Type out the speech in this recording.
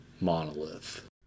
monolith